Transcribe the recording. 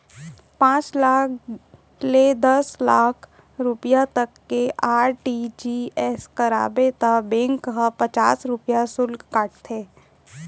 पॉंच लाख ले दस लाख रूपिया तक के आर.टी.जी.एस कराबे त बेंक ह पचास रूपिया सुल्क काटथे